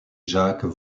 jacques